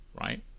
right